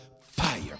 fire